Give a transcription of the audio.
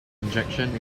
injection